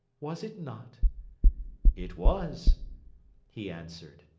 was it not it was he answered.